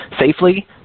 safely